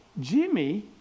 Jimmy